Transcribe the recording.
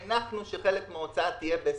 הנחנו שחלק מההוצאה יהיה ב-2021,